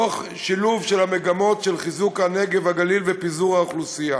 תוך שילוב של המגמות של חיזוק הנגב והגליל ופיזור האוכלוסייה.